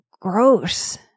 gross